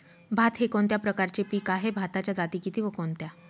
भात हे कोणत्या प्रकारचे पीक आहे? भाताच्या जाती किती व कोणत्या?